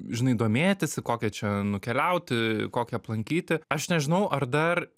žinai domėtis į kokią čia nukeliauti kokią aplankyti aš nežinau ar dar